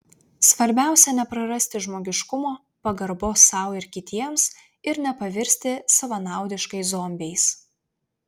svarbiausia neprarasti žmogiškumo pagarbos sau ir kitiems ir nepavirsti savanaudiškais zombiais